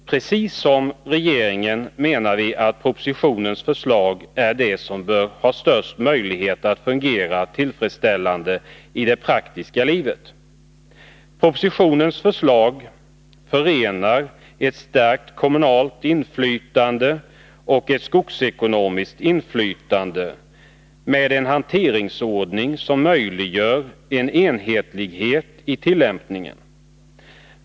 Precis som regeringen menar vi att propositionens förslag är det som bör ha största möjligheten att fungera tillfredsställande i det praktiska livet. Propositionens förslag förenar ett stärkt kommunalt inflytande och ett skogsekonomiskt inflytande med en hanteringsordning som möjliggör en enhetlighet i tillämpningen.